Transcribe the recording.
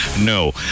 No